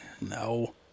No